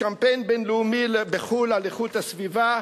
קמפיין בין-לאומי בחוץ-לארץ על איכות הסביבה,